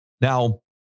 Now